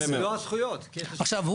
עכשיו,